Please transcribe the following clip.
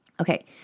Okay